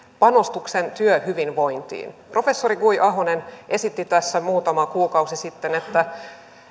panostuksen työhyvinvointiin professori guy ahonen esitti tässä muutama kuukausi sitten että